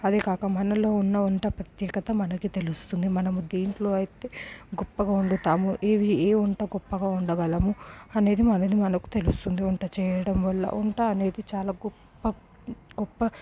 అదే కాక మనలో ఉన్న వంట ప్రత్యేకత మనకి తెలుస్తుంది మనం దేంట్లో అయితే గొప్పగా వండుతామో ఏ వంట గొప్పగా వండగలము అనేది మనది మనకు తెలుస్తుంది వంట చేయడం వల్ల వంట అనేది చాలా గొప్ప గొప్ప